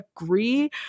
agree